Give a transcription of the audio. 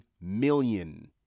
million